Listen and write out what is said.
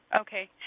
Okay